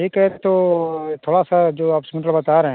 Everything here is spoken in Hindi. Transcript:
ठीक है तो थोड़ा सा जो आप सीमेंट वाला बता रहे हैं